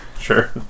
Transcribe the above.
Sure